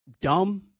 dumb